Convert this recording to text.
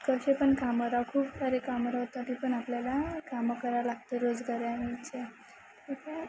कसे पण कामं राह खूप सारी कामं होतं की पण आपल्याला कामं करावं लागतं रोजगारानी इथच्या ठीक आहे